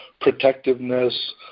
protectiveness